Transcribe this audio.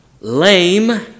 lame